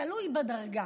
תלוי בדרגה.